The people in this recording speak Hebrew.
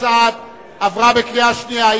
סעד (תיקוני חקיקה) עברה בקריאה שנייה.